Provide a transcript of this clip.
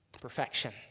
Perfection